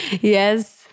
Yes